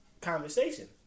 conversation